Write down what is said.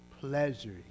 pleasure